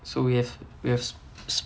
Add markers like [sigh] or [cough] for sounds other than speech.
so we have we have [noise]